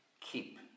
keep